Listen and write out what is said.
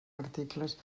articles